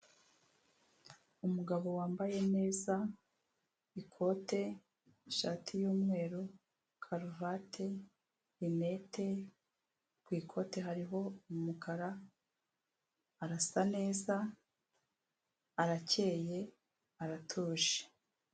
Umugabo wambaye neza ikote ishati y'umweru karuvati rinete ku ikoti hariho umukara, arasa neza, arakeye, aratuje.